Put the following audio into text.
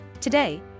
Today